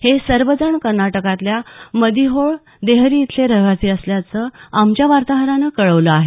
हे सर्वजण कर्नाटकातल्या मदिहोळ देहरी इथले रहिवासी असल्याचं आमच्या वार्ताहरानं कळवलं आहे